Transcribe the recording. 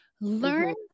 learn